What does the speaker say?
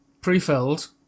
Pre-filled